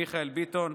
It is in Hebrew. מיכאל ביטון,